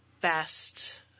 best